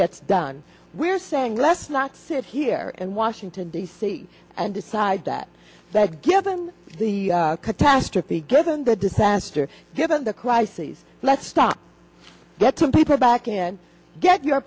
gets done we're saying let's not sit here in washington d c and decide that that given the catastrophe given the disaster given the crises let's stop that to people back in get your